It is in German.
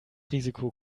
risiko